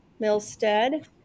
Milstead